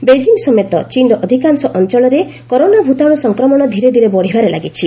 Beijing ସମେତ ଚୀନ୍ର ଅଧିକାଂଶ ଅଞ୍ଚଳରେ କରୋନା ଭୂତାଣୁ ସଂକ୍ରମଣ ଧୀରେ ଧୀରେ ବଢ଼ିବାରେ ଲାଗିଛି